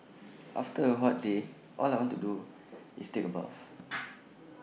after A hot day all I want to do is take A bath